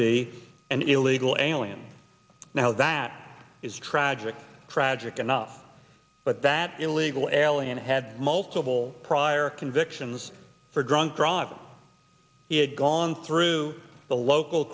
be an illegal alien now that is tragic tragic enough but that illegal alien had multiple prior convictions for drunk driving it gone through the local